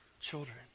children